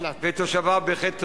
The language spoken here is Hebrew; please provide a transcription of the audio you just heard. ותושביו בהחלט ראויים,